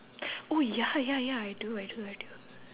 oh ya ya ya I do I do I do